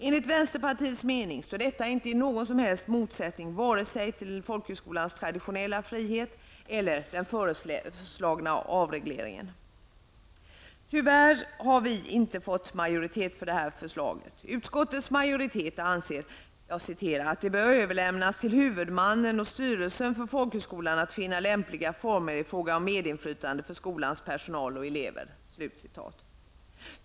Enligt vänsterpartiets mening står detta inte i någon som helst motsättning till vare sig folkhögskolans traditionella frihet eller den föreslagna avregleringen. Tyvärr har vi inte fått majoritet för detta förslag. Utskottets majoritet anser ''att det bör överlämnas till huvudmannen och styrelsen för folkhögskolan att finna lämpliga former i fråga om medinflytande för skolans personal och elever''.